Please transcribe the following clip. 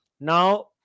Now